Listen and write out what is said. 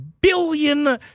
billion